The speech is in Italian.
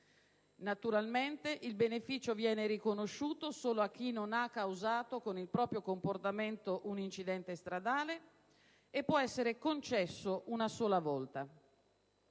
Naturalmente, il beneficio viene riconosciuto solo a chi non ha causato con il proprio comportamento un incidente stradale, e può essere concesso una sola volta.